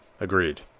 Agreed